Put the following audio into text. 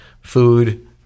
food